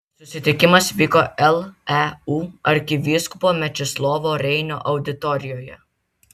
susitikimas vyko leu arkivyskupo mečislovo reinio auditorijoje